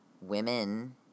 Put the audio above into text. women